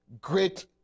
great